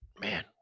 man